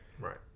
Right